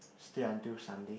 stay until Sunday